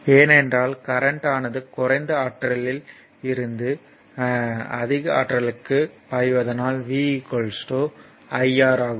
ஏனென்றால் கரண்ட் ஆனது குறைந்த ஆற்றலில் இருந்து அதிக ஆற்றலுக்கு பாய்வதனால் V IR ஆகும்